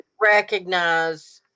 recognize